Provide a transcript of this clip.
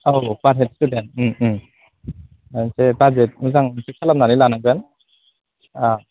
औ per head student ओमफ्राय budget मोजां इसे खालामनानै लानांगोन अ